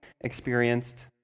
experienced